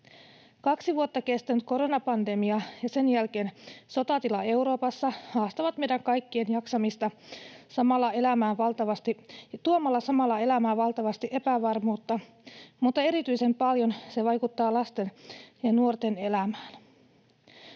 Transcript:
Kaksi vuotta kestänyt koronapandemia ja sen jälkeen sotatila Euroopassa haastavat meidän kaikkien jaksamista tuomalla samalla elämään valtavasti epävarmuutta, mutta erityisen paljon se vaikuttaa lasten ja nuorten elämään.